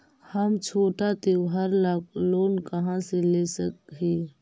हम छोटा त्योहार ला लोन कहाँ से ले सक ही?